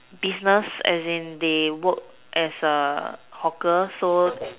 business as in they work as a hawker so